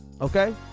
okay